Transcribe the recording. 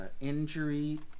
injury